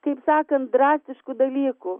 kaip sakant drastiškų dalykų